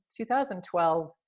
2012